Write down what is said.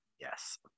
Yes